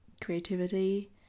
creativity